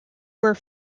were